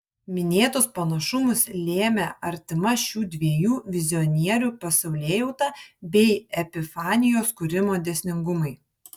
minėtus panašumus lėmė artima šių dviejų vizionierių pasaulėjauta bei epifanijos kūrimo dėsningumai